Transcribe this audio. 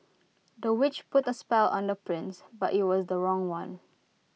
the witch put A spell on the prince but IT was the wrong one